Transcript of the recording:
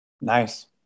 Nice